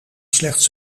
slechts